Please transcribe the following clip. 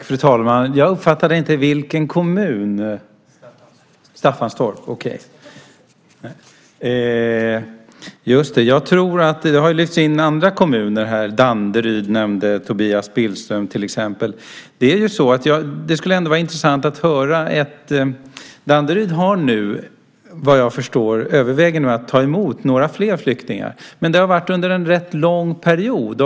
Fru talman! Jag uppfattade inte vilken kommun Ewa Thalén Finné talade om. : Det var Staffanstorp.) Okej, det var Staffanstorp. Även andra kommuner har lyfts fram här. Tobias Billström nämnde till exempel Danderyd. Såvitt jag förstår överväger nu Danderyd att ta emot några fler flyktingar. Men det har varit så här under en rätt lång period.